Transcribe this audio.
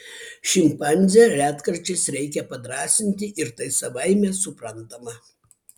šimpanzę retkarčiais reikia padrąsinti ir tai savaime suprantama